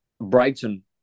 Brighton